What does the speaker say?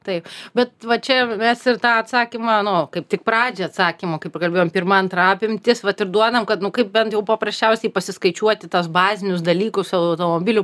taip bet va čia mes ir tą atsakymą nu kaip tik pradžią atsakymo kaip ir kalbėjom pirma antra apimtys vat ir duodam kad nu kaip bent jau paprasčiausiai pasiskaičiuoti tas bazinius dalykus automobilių